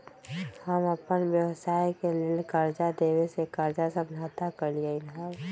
हम अप्पन व्यवसाय के लेल कर्जा देबे से कर्जा समझौता कलियइ हबे